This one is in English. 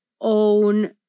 own